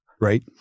right